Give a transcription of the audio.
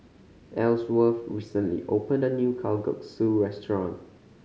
Elsworth recently opened a new Kalguksu restaurant